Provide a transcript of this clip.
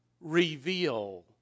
reveal